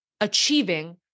achieving